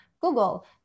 Google